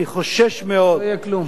אני חושש מאוד, לא יהיה כלום.